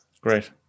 great